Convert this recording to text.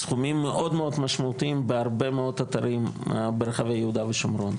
סכומים מאוד מאוד משמעותיים בהרבה מאוד אתרים ברחבי יהודה ושומרון.